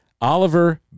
Oliver